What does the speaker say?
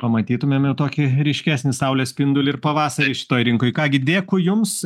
pamatytumėme tokį ryškesnį saulės spindulį ir pavasarį šitoj rinkoj ką gi dėkui jums